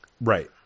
right